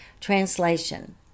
Translation